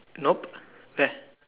nope where